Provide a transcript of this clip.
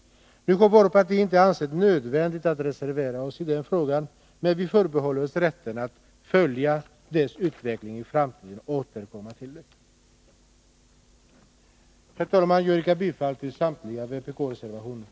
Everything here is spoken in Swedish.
Nu har vårt parti inte ansett det nödvändigt att reservera sig i den frågan, men vi förbehåller oss rätten att följa frågans utveckling i framtiden och att återkomma till den. Herr talman! Jag yrkar bifall till samtliga vpk-reservationer.